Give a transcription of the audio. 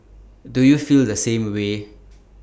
do you feel the same way